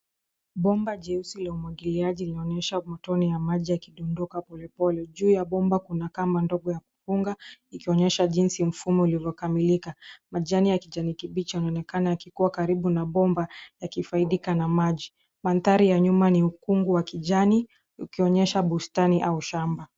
Bomba jeusi la umwangiliaji linaonyesha matone ya maji yakidondoka polepole. Juu ya bomba kuna kamba ndogo ha kufunga ikionyesha jinsi mfumo ulilokamilika. Majani ya kijani kibichi yanaonekana yakikua karibu na bomba yakifaidika na maji. Mandhari ya nyuma ni ukungu wa kijani ukionyesha bustani au shamba.